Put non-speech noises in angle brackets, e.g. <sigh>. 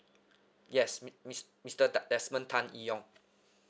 <noise> yes mi~ mis~ mister tan desmond tan kee yong